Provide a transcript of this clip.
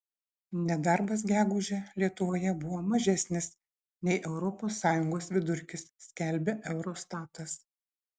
nedarbas gegužę lietuvoje buvo mažesnis nei europos sąjungos vidurkis skelbia eurostatas